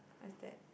what's that